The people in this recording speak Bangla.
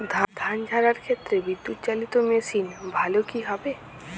ধান ঝারার ক্ষেত্রে বিদুৎচালীত মেশিন ভালো কি হবে?